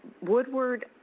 Woodward